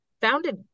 Founded